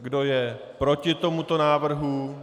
Kdo je proti tomuto návrhu?